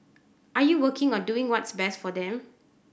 are you working or doing what's best for them